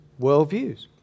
worldviews